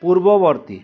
পূৰ্বৱতী